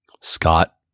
scott